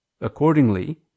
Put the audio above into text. Accordingly